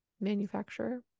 manufacturer